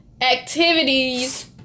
activities